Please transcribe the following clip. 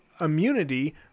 immunity